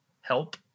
help